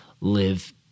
live